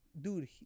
dude